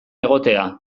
egotea